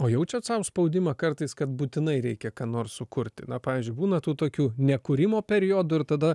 o jaučiat sau spaudimą kartais kad būtinai reikia ką nors sukurti na pavyzdžiui būna tų tokių nekūrimo periodų ir tada